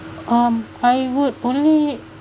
um I would only